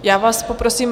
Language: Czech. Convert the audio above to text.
Já vás poprosím...